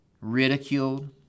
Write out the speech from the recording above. ridiculed